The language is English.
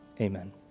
Amen